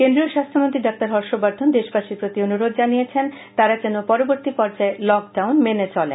কেন্দ্রীয় স্বাস্থ্যমন্ত্রী ডাঃ হর্ষবর্ধন দেশবাসীর প্রতি অনুরোধ জানিয়েছেন পরবর্তী পর্যায়ের লকডাউন যেন মেনে চলেন